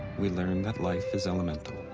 we learn that life is elemental.